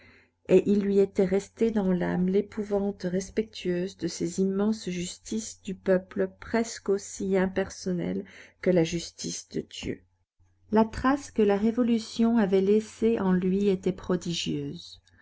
et il lui était resté dans l'âme l'épouvante respectueuse de ces immenses justices du peuple presque aussi impersonnelles que la justice de dieu la trace que la révolution avait laissée en lui était prodigieuse